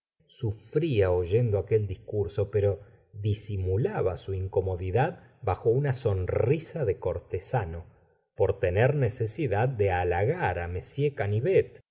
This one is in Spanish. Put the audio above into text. sufria oyendo aquel discurso pero disimulaba su incomodidad bajo una sonrisa de cortesano por tener necesidad de halagar á m